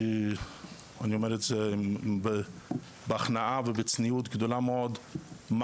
אני אומר את זה בהכנעה ובצניעות גדולה מאוד,